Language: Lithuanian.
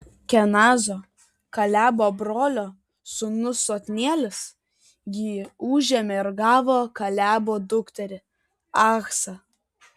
kenazo kalebo brolio sūnus otnielis jį užėmė ir gavo kalebo dukterį achsą